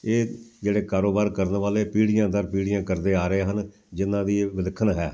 ਇਹ ਜਿਹੜੇ ਕਾਰੋਬਾਰ ਕਰਨ ਵਾਲੇ ਪੀੜ੍ਹੀਆਂ ਦਰ ਪੀੜ੍ਹੀਆਂ ਕਰਦੇ ਆ ਰਹੇ ਹਨ ਜਿਨ੍ਹਾਂ ਦੀ ਵਿਲੱਖਣ ਹੈ